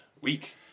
week